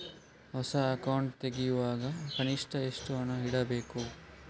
ಹೊಸ ಅಕೌಂಟ್ ತೆರೆಯುವಾಗ ಕನಿಷ್ಠ ಎಷ್ಟು ಹಣ ಇಡಬೇಕು?